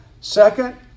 Second